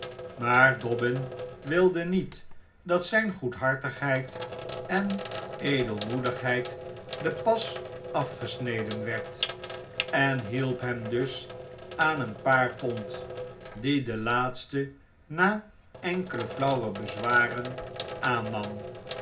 maar dobbin wilde niet dat zijn goedhartigheid en edelmoedigheid de pas afgesneden werd en hielp hem dus aan een paar pond die de laatste na enkele flauwe bezwaren aannam